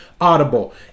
Audible